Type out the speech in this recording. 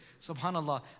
subhanallah